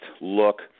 look